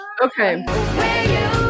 Okay